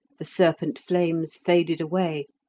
the serpent flames faded away,